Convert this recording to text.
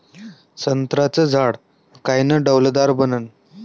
संत्र्याचं झाड कायनं डौलदार बनन?